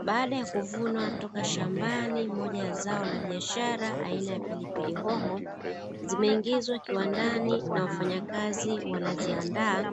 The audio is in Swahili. Baada ya kuvunwa kutoka shambani, moja ya zao la biashara aina ya pilipili hoho, zimeingizwa kiwandani na wafanyakazi wanaziandaa